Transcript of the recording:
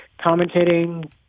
commentating